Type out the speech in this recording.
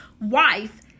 wife